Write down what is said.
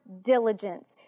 diligence